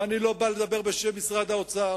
ואני לא בא לדבר בשם משרד האוצר,